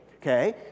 okay